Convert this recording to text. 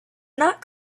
not